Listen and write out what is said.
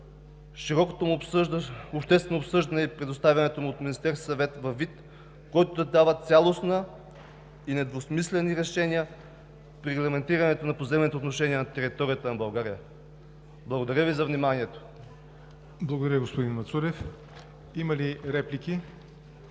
широкото му обществено обсъждане и представянето му в Министерския съвет във вид, който да дава цялостни и недвусмислени решения при регламентирането на поземлените отношения на територията на България. Благодаря Ви за вниманието. (Ръкопляскания от ГЕРБ.) ПРЕДСЕДАТЕЛ